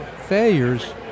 failures